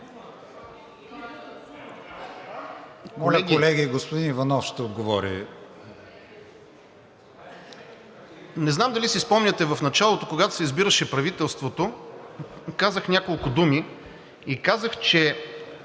Моля, колеги! Господин Иванов ще отговори. РАДОМИР ЧОЛАКОВ: Не знам дали си спомняте в началото, когато се избираше правителството, казах няколко думи. Казах, че